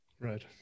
Right